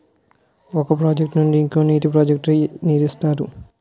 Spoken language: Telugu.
ఒక ప్రాజెక్ట్ నుండి ఇంకో నీటి ప్రాజెక్ట్ కు నీరు ఇస్తారు